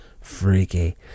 freaky